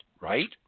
right